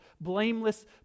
blameless